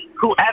whoever